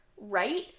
right